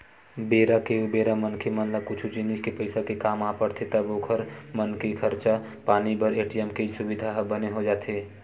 बेरा के उबेरा मनखे मन ला कुछु जिनिस के पइसा के काम आ पड़थे तब ओखर मन के खरचा पानी बर ए.टी.एम के सुबिधा ह बने हो जाथे